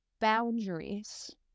boundaries